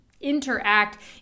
interact